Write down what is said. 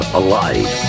alive